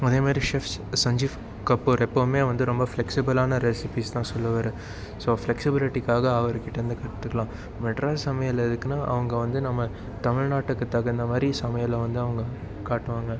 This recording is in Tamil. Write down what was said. அதேமாதிரி செஃப் சஞ்சிவ் கபூர் எப்பவுமே வந்து ஃப்ளெக்ஸிபிலான ரெசிபீஸ் தான் சொல்லுவார் ஸோ ஃபிளெக்ஸிபிலிட்டிக்காக அவர்கிட்டேருந்து கற்றுறலாம் மெட்ராஸ் சமையல் எதுக்குன்னால் அவங்க வந்து நம்ம தமிழ்நாட்டுக்கு தகுந்தமாதிரி சமையலை வந்து அவங்க காட்டுவாங்க